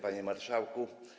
Panie Marszałku!